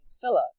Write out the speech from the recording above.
filler